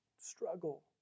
struggle